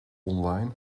online